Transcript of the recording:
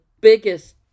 biggest